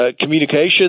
Communication